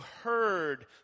heard